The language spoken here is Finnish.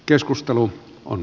keskustelu on